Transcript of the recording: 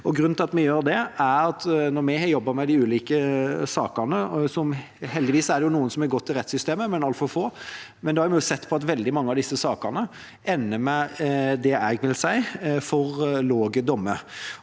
Grunnen til at vi gjør det, er at når vi har jobbet med de ulike sakene – og heldigvis er det noen som har gått i rettssystemet, men altfor få – har vi sett at veldig mange av disse sakene ender med det jeg vil si er for lave dommer,